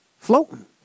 Floating